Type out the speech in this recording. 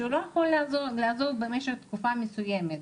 שהוא לא יכול לעזוב במשך תקופה מסוימת.